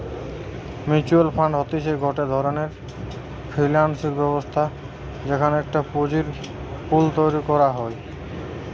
mutual fund হতিছে গটে ধরণের ফিনান্সিয়াল ব্যবস্থা যেখানে একটা পুঁজির পুল তৈরী করা হয়